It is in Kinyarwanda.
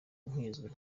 nkizwe